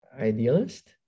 idealist